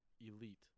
Elite